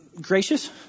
gracious